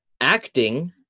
Acting